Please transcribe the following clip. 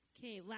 Okay